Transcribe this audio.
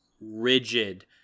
rigid